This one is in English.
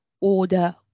order